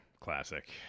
Classic